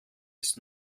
bis